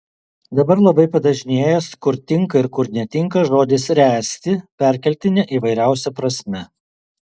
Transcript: dabar labai padažnėjęs kur tinka ir kur netinka žodis ręsti perkeltine įvairiausia prasme